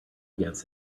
against